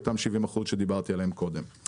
אותם 70% שדיברתי עליהם קודם.